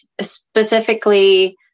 specifically